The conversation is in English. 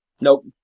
Nope